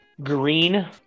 green